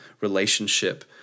relationship